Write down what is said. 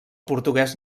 portuguès